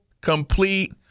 complete